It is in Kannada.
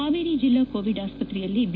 ಹಾವೇರಿ ಜಿಲ್ಲಾ ಕೋವಿಡ್ ಆಸ್ಪತ್ರೆಯಲ್ಲಿ ವಿ